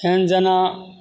एहन जेना